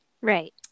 Right